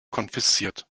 konfisziert